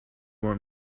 want